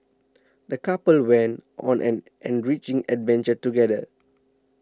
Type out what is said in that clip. the couple went on an enriching adventure together